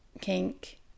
kink